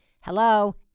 hello